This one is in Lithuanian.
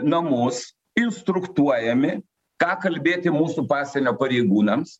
namus instruktuojami ką kalbėti mūsų pasienio pareigūnams